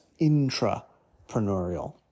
intrapreneurial